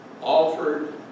offered